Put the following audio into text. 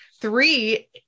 three